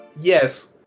Yes